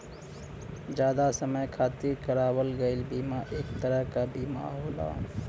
जादा समय खातिर करावल गयल बीमा एक तरह क बीमा होला